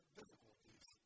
difficulties